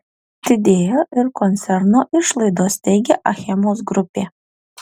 didėjo ir koncerno išlaidos teigia achemos grupė